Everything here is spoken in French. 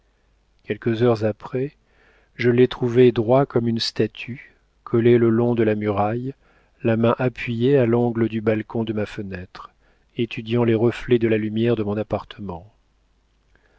quelques heures après je l'ai trouvé droit comme une statue collé le long de la muraille la main appuyée à l'angle du balcon de ma fenêtre étudiant les reflets de la lumière de mon appartement